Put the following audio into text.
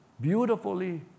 beautifully